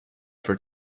for